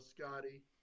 Scotty